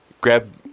grab